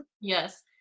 Yes